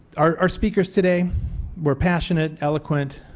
our speakers today were passionate, eloquent,